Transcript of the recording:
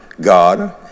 God